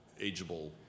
ageable